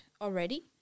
already